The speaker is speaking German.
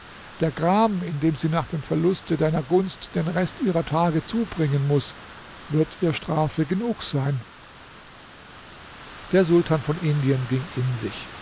der gram in dem sie nach dem verluste deiner gunst den rest ihrer tage zubringen muß wird ihr strafe genug sein der sultan von indien ging in sich